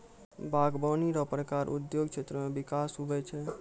बागवानी रो प्रकार उद्योग क्षेत्र मे बिकास हुवै छै